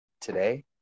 today